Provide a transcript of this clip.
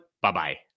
Bye-bye